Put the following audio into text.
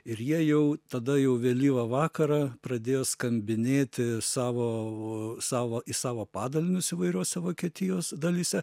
ir jie jau tada jau vėlyvą vakarą pradėjo skambinėti savo savo į savo padalinius įvairiuose vokietijos dalyse